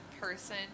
person